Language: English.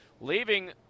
leaving